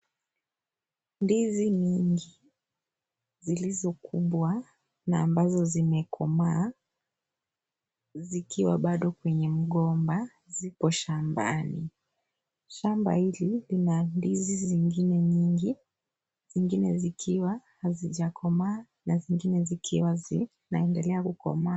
Ndizi nyingi zilizo kubwa na ambazo zimekomaa, zikiwa bado kwenye mgomba zipo shambani, shamba hili lina ndizi zingine nyingi, zingine zikiwa hazijakomaa na zingine zikiwa zinaendelea kukomaa.